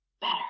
better